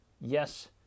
yes